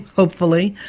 hopefully,